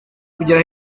kugera